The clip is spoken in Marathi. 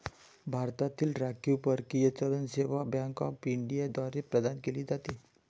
भारतातील राखीव परकीय चलन सेवा बँक ऑफ इंडिया द्वारे प्रदान केले जाते